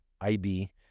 ib